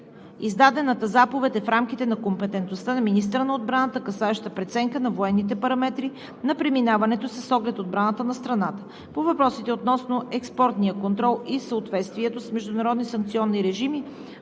Издадената заповед е в рамките на компетентността на министъра на отбраната, касаеща преценка на военните параметри на преминаването с оглед отбраната на страната. По въпросите относно експортния контрол и съответствието с международни санкционни режими,